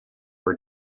were